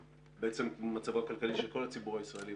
כמו מצבו הכלכלי של כל הציבור הישראלי,